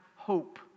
Hope